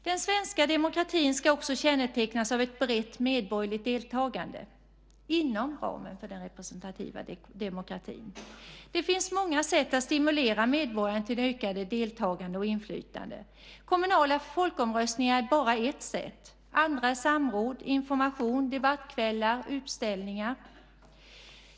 Den svenska demokratin ska också kännetecknas av ett brett medborgerligt deltagande inom ramen för den representativa demokratin. Det finns många sätt att stimulera medborgarna till ökat deltagande och inflytande. Kommunala folkomröstningar är bara ett sätt, andra är samråd, information, debattkvällar och utställningar.